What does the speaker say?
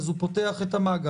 אז הוא פותח את המעגל,